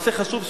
נושא חשוב,